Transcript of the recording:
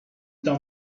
down